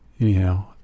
anyhow